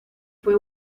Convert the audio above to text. fue